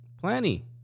Plenty